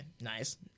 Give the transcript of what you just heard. nice